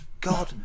god